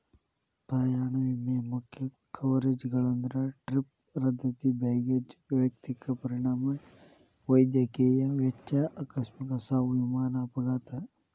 ಪ್ರಯಾಣ ವಿಮೆ ಮುಖ್ಯ ಕವರೇಜ್ಗಳಂದ್ರ ಟ್ರಿಪ್ ರದ್ದತಿ ಬ್ಯಾಗೇಜ್ ವೈಯಕ್ತಿಕ ಪರಿಣಾಮ ವೈದ್ಯಕೇಯ ವೆಚ್ಚ ಆಕಸ್ಮಿಕ ಸಾವು ವಿಮಾನ ಅಪಘಾತ